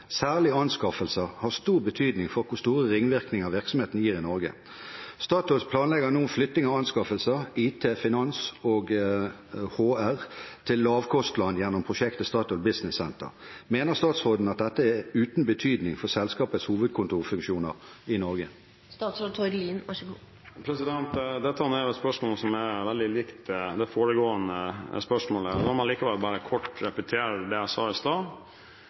særlig anskaffelser, har stor betydning for hvor store ringvirkninger virksomheten gir i Norge. Statoil planlegger nå flytting av anskaffelser, IT, finans og HR til lavkostland gjennom prosjektet Statoil Business Center. Mener statsråden at dette er uten betydning for selskapets hovedkontorfunksjoner i Norge?» Dette er et spørsmål som er veldig likt det foregående spørsmålet. La meg likevel bare kort repetere det jeg sa i stad.